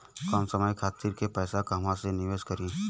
कम समय खातिर के पैसा कहवा निवेश करि?